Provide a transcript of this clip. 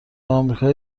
آمریکای